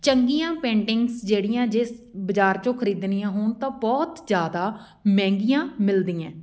ਚੰਗੀਆਂ ਪੇਂਟਿੰਗਸ ਜਿਹੜੀਆਂ ਜਿਸ ਬਜ਼ਾਰ 'ਚੋਂ ਖਰੀਦਣੀਆਂ ਹੋਣ ਤਾਂ ਬਹੁਤ ਜ਼ਿਆਦਾ ਮਹਿੰਗੀਆਂ ਮਿਲਦੀਆਂ